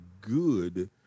good –